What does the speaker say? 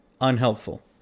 Unhelpful